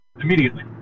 immediately